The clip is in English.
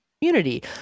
community